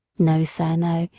no, sir, no,